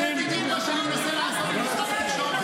זה בדיוק מה שאני מנסה לעשות במשרד התקשורת.